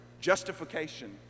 justification